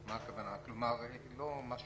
כלומר, לא רק